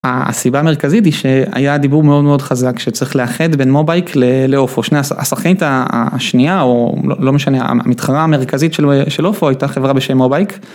הסיבה המרכזית היא שהיה דיבור מאוד מאוד חזק שצריך לאחד בין מובייק לאופו, השחקנית השנייה או לא משנה המתחרה המרכזית של אופו הייתה חברה בשם מובייק.